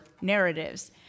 narratives